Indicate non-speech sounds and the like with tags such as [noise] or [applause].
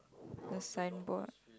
[noise] the signboard